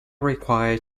required